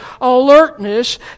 alertness